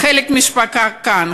חלק מהמשפחה כאן,